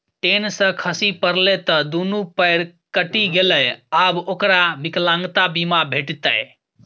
ten सँ खसि पड़लै त दुनू पयर कटि गेलै आब ओकरा विकलांगता बीमा भेटितै